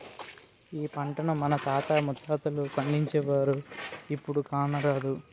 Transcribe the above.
ఈ పంటను మన తాత ముత్తాతలు పండించేవారు, ఇప్పుడు కానరాదు